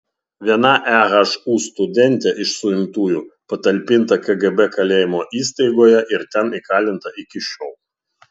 viena ehu studentė iš suimtųjų patalpinta kgb kalėjimo įstaigoje ir ten įkalinta iki šiol